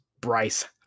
Bryce